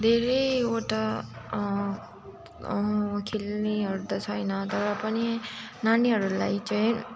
धेरैवटा खेल्नेहरू त छैन तर पनि नानीहरूलाई चाहिँ